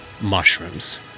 mushrooms